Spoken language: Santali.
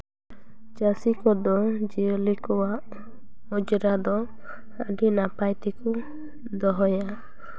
ᱪᱟᱹᱥᱤ ᱠᱚᱫᱚ ᱡᱤᱭᱟᱹᱞᱤ ᱠᱚᱣᱟᱜ ᱚᱸᱡᱽᱨᱟ ᱫᱚ ᱟᱹᱰᱤ ᱱᱟᱯᱟᱭ ᱛᱮᱠᱚ ᱫᱚᱦᱚᱭᱟ